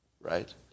right